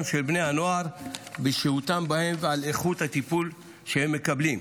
של בני הנוער בשהותם בהם ועל איכות הטיפול שהם מקבלים.